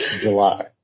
July